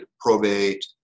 probate